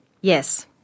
Yes